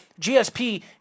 GSP